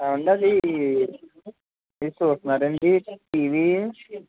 ఏమండి అదీ మీరు చూస్తన్నారా అండి టీవీ